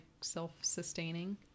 self-sustaining